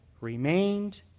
remained